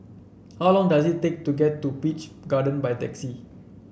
how long does it take to get to Peach Garden by taxi